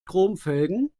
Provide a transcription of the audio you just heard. chromfelgen